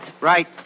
Right